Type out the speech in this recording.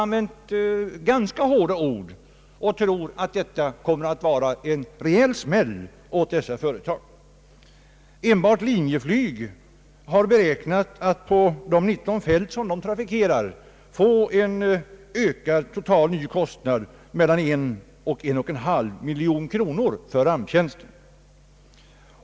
Man tror att detta kommer att innebära en ganska rejäl smäll åt dessa företag. Enbart Linjeflyg har beräknat att på de 19 fält som de trafikerar få en total ny kostnad på mellan 1 och 1,5 miljon kronor för ramptjänsten.